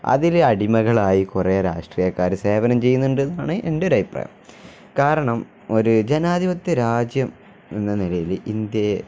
അതില് അടിമകളായി കുറേ രാഷ്ട്രീയക്കാര് സേവനം ചെയ്യുന്നുണ്ടെന്നാണ് എൻ്റെയൊരു അഭിപ്രായം കാരണം ഒരു ജനാധിപത്യ രാജ്യം എന്ന നിലയില് ഇന്ത്യയെ